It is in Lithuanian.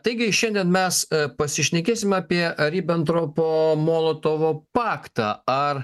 taigi šiandien mes pasišnekėsim apie ribentropo molotovo paktą ar